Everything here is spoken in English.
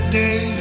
day